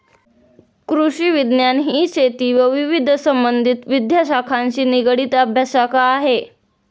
कृषिविज्ञान ही शेती व विविध संबंधित विद्याशाखांशी निगडित अभ्यासशाखा आहे